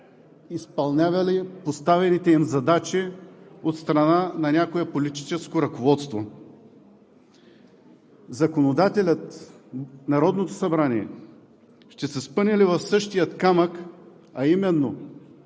изпълнявали поставените им задачи от страна на някое политическо ръководство? Законодателят – Народното събрание, ще се спъне ли в същия камък, а именно